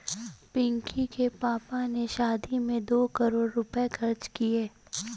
पिंकी के पापा ने शादी में दो करोड़ रुपए खर्च किए